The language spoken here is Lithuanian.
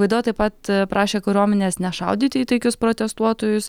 gvaido taip pat prašė kariuomenės nešaudyti į taikius protestuotojus